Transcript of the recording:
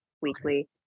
weekly